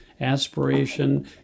aspiration